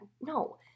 No